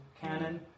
canon